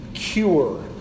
cure